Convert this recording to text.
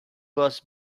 was